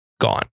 gone